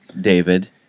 David